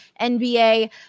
nba